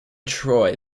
troy